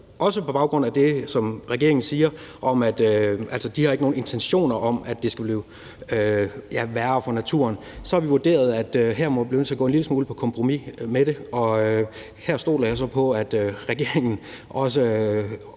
også på baggrund af det, som regeringen siger om, at de ikke har nogen intentioner om, at det skal blive værre for naturen – at her bliver vi nødt til at gå en lille smule på kompromis med det. Og her stoler jeg så på, at regeringen også